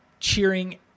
cheering